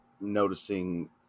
noticing